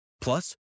Plus